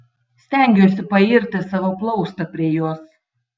stengiuosi pairti savo plaustą prie jos